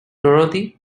dorothy